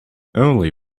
only